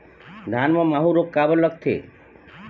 धान म माहू रोग काबर लगथे?